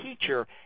teacher